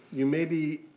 you may be